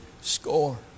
score